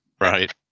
Right